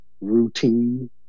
routine